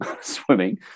swimming